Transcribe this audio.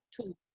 two